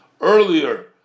earlier